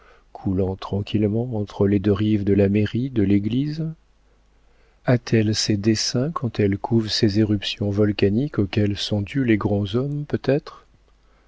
coulant tranquillement entre les deux rives de la mairie de l'église a-t-elle ses desseins quand elle couve ces éruptions volcaniques auxquelles sont dus les grands hommes peut-être